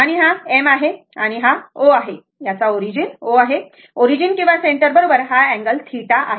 आणि हा M आहे आणि हा O आहे याचा ओरिजिन O आहे ओरिजिन किंवा सेंटर बरोबर आणि हा अँगल θ आहे हा अँगल θ आहे